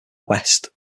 west